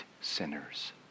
sinners